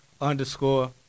underscore